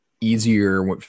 easier